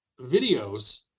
videos